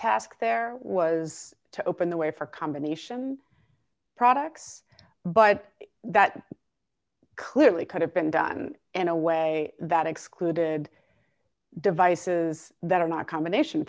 task there was to open the way for combination products but that clearly could have been done in a way that excluded devices that are not combination